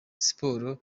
siporo